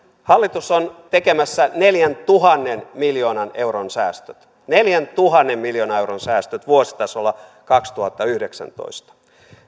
hallitus on tekemässä neljäntuhannen miljoonan euron säästöt neljäntuhannen miljoonan euron säästöt vuositasolla kaksituhattayhdeksäntoista